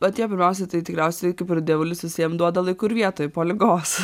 atėjo pirmiausiai tai tikriausiai kaip ir dievulis visiem duoda laiku ir vietoj po ligos